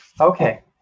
okay